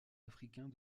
africains